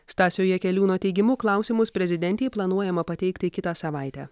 stasio jakeliūno teigimu klausimus prezidentei planuojama pateikti kitą savaitę